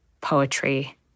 poetry